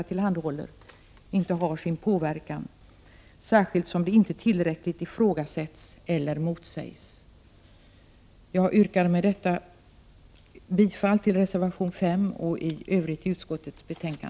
tillhandahåller, inte har sin påverkan, särskilt som det inte tillräckligt ifrågasätts eller motsägs. Jag yrkar med detta bifall till reservation 5 och i övrigt till utskottets hemställan.